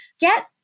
get